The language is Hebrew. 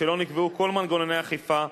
משלא נקבעו כל מנגנוני אכיפה,